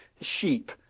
sheep